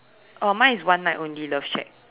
oh mine is one night only love shack